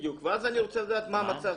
בדיוק, ואז אני רוצה לדעת מה המצב.